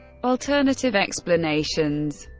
alternative explanations